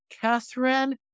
Catherine